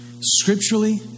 scripturally